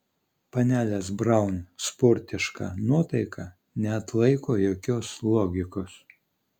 panelės braun sportiška nuotaika neatlaiko jokios logikos